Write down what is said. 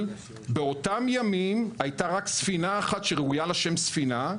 באותם ימים הייתה רק ספינה אחת שראויה לשם "ספינה".